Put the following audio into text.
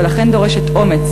ולכן דורשת אומץ,